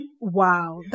Wow